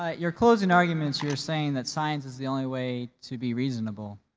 ah your closing arguments, you were saying that science is the only way to be reasonable.